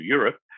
Europe